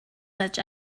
such